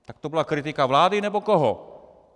Tak to byla kritika vlády, nebo koho?